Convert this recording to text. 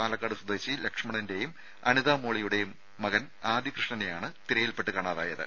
പാലക്കാട് സ്വദേശി ലക്ഷ്മണന്റെയും അനിത മോളിയുടേയും മകൻ ആദികൃഷ്ണയെയാണ് തിരയിൽപെട്ട് കാണാതായത്